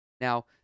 Now